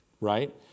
right